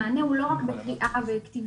המענה הוא לא רק בקריאה וכתיבה,